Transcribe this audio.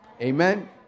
Amen